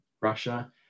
Russia